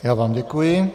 Já vám děkuji.